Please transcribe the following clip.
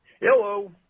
Hello